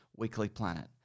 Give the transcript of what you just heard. weeklyplanet